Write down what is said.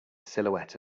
silhouette